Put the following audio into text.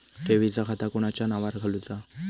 ठेवीचा खाता कोणाच्या नावार खोलूचा?